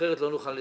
כך לא נוכל לתקן.